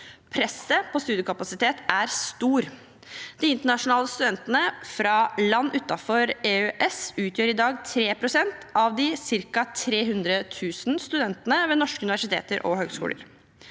Presset på studiekapasiteten er stort. De internasjonale studentene fra land utenfor EØS utgjør i dag 3 pst. av de ca. 300 000 studentene ved norske universiteter og høyskoler.